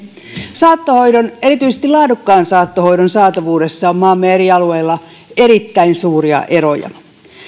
saattohoidon ja erityisesti laadukkaan saattohoidon saatavuudessa on maamme eri alueilla erittäin suuria eroja